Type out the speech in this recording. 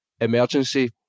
emergency